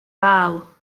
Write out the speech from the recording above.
vēlu